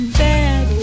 bad